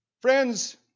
Friends